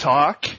Talk